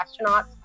astronauts